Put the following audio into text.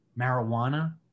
marijuana